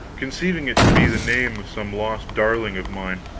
conceiving it to be the name of some lost darling of mine.